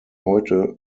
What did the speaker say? heute